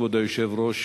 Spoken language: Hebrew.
כבוד היושב-ראש,